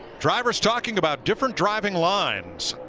drivers talking about different driving lines.